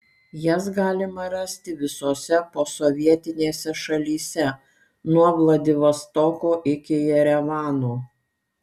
jas galima rasti visose posovietinėse šalyse nuo vladivostoko iki jerevano